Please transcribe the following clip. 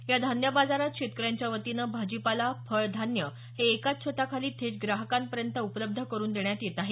या धान्य बाजारात शेतकऱ्यांच्या वतीनं भाजीपाला फळ धान्य हे एकाच छताखाली थेट ग्राहकांपर्यंत उपलब्ध करून देण्यात येत आहे